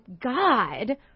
God